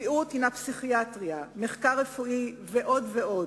בריאות היא גם פסיכיאטריה, מחקר רפואי ועוד ועוד.